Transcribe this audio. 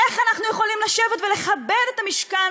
איך אנחנו יכולים לשבת ולכבד את המשכן